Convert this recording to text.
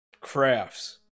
crafts